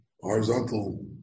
horizontal